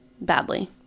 badly